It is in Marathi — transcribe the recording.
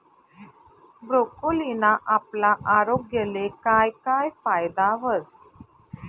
ब्रोकोलीना आपला आरोग्यले काय काय फायदा व्हस